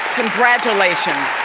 congratulations.